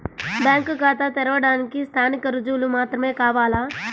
Bank ఖాతా తెరవడానికి స్థానిక రుజువులు మాత్రమే కావాలా?